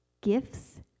gifts